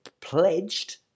pledged